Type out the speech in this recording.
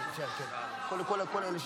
שתשובה והצבעה במקום אחר.